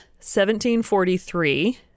1743